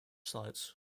sites